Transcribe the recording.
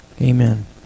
Amen